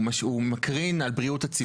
הוא מקרין על בריאות הציבור.